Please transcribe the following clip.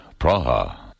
Praha